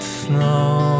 snow